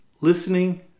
Listening